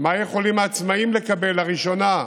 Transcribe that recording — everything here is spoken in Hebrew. מה יכולים העצמאים לקבל, לראשונה,